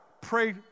pray